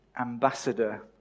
ambassador